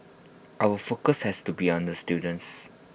our focus has to be on the students